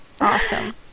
awesome